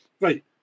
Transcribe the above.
right